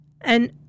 and-